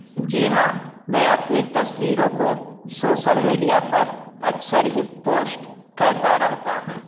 जी हाँ मैं अपनी तस्वीरों को सोसल मीडिया पर अक्सर ही पोष्ट करता रहता हूँ